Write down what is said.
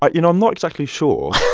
i you know, i'm not exactly sure